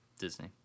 Disney